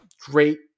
great